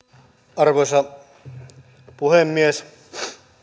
arvoisa puhemies